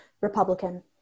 Republican